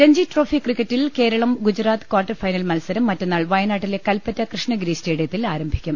Ranji trophy ക്രിക്കറ്റിൽ Keralam Gujarat quarter final മത്സരം മറ്റന്നാൾ വയനാട്ടിലെ കൽപറ്റ കൃഷ്ണഗിരി സ്റ്റേഡിയത്തിൽ ആരം ഭിക്കും